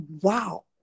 wow